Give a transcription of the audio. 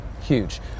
Huge